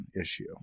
issue